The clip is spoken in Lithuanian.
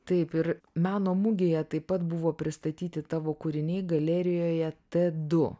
taip ir meno mugėje taip pat buvo pristatyti tavo kūriniai galerijoje t du